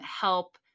help